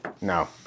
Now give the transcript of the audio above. No